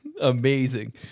Amazing